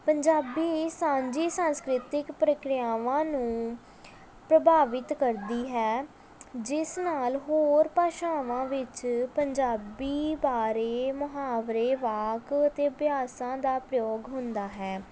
ਪੰਜਾਬੀ ਸਾਂਝੀ ਸੰਸਕ੍ਰਿਤਿਕ ਪ੍ਰਕਿਰਿਆਵਾਂ ਨੂੰ ਪ੍ਰਭਾਵਿਤ ਕਰਦੀ ਹੈ ਜਿਸ ਨਾਲ ਹੋਰ ਭਾਸ਼ਾਵਾਂ ਵਿੱਚ ਪੰਜਾਬੀ ਬਾਰੇ ਮੁਹਾਵਰੇ ਵਾਕ ਅਤੇ ਅਭਿਆਸਾਂ ਦਾ ਪ੍ਰਯੋਗ ਹੁੰਦਾ ਹੈ